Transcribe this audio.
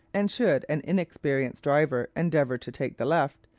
and should an inexperienced driver endeavour to take the left,